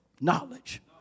knowledge